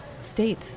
state